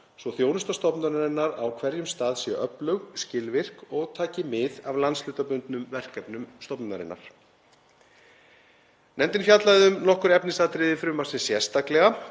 svo að þjónusta stofnunarinnar á hverjum stað sé öflug, skilvirk og taki mið af landshlutabundnum verkefnum stofnunarinnar. Nefndin fjallaði um nokkur efnisatriði frumvarpsins sérstaklega,